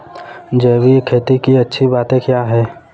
जैविक खेती की अच्छी बातें क्या हैं?